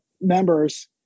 members